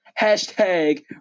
Hashtag